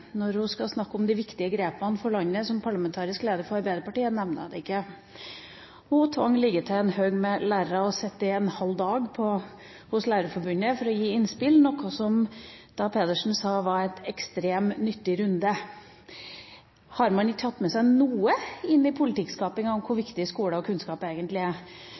Når hun som parlamentarisk leder for Arbeiderpartiet skal snakke om de viktige grepene for landet, nevner hun ikke det. Hun tvang til og med en haug med lærere til å sitte en halv dag hos Lærerforbundet for å gi innspill, noe som Pedersen sa var en ekstremt nyttig runde. Har man ikke tatt med seg noe inn i politikkskapinga om hvor viktig skole og kunnskap egentlig er,